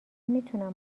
میتونم